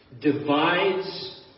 divides